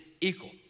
equal